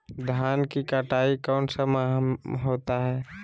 धान की कटाई कौन सा माह होता है?